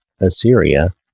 Assyria